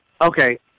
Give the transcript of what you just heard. okay